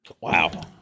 wow